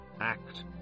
Act